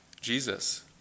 Jesus